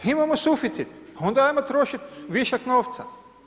Imamo suficit, onda hajmo trošiti višak novca.